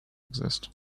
exist